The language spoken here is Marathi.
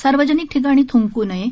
सार्वजनिक ठिकाणी थुंकू नये